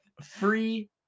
Free